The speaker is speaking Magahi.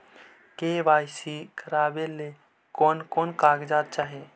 के.वाई.सी करावे ले कोन कोन कागजात चाही?